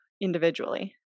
individually